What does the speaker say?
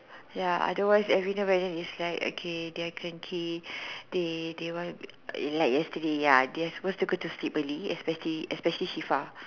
ya otherwise every night it's like okay they are cranky they they want like yesterday ya they are supposed to go to sleep early especially especially Shifa